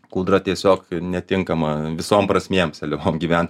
kūdra tiesiog netinkama visom prasmėm seliavom gyven